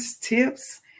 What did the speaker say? tips